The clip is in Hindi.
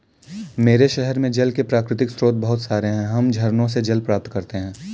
मेरे शहर में जल के प्राकृतिक स्रोत बहुत सारे हैं हम झरनों से जल प्राप्त करते हैं